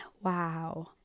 wow